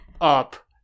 up